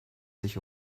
sich